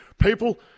people